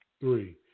three